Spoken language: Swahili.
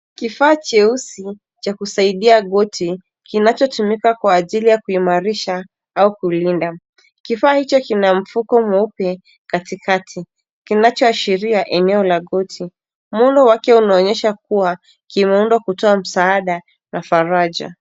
Kifaa cheusi cha kusaidia goti kinachotumika kwa ajili ya kuimarisha au kulinda. Kifaa hicho kina mfuko mweupe katikati kinachoashiria eneo la goti. Muundo wake inaonyesha kuwa kimeundwa kutoa msaada na faraja.